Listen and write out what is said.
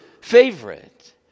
favorite